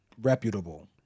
reputable